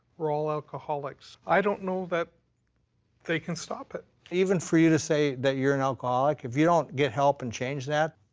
were all alcoholics. i don't know that they can stop it. even for you to say that you're an alcoholic, if you don't get help and change that,